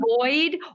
avoid